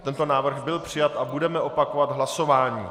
Tento návrh byl přijat a budeme opakovat hlasování.